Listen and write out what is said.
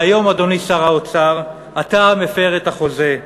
והיום, אדוני שר האוצר, אתה מפר את החוזה.